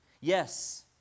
Yes